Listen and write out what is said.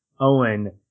Owen